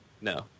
No